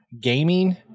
Gaming